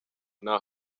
ntaho